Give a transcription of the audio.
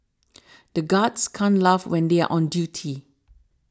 the guards can't laugh when they are on duty